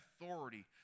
authority